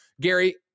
Gary